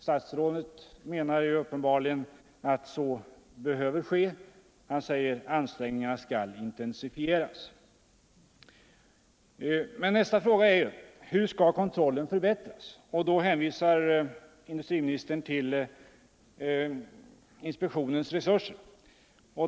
Statsrådet menar uppenbarligen att så behöver ske och uttalar att ansträngningarna skall intensifieras. Men nästa fråga blir då: Hur skall kontrollen förbättras? Industriministern hänvisar till inspektionens resurser.